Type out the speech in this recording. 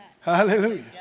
Hallelujah